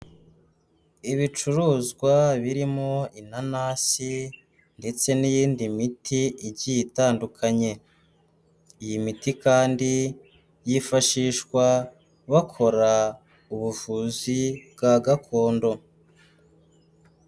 Ibicuruzwa birimo inanasi ndetse n'iyindi miti igiye itandukanye, iyi miti kandi yifashishwa bakora ubuvuzi bwa gakondo.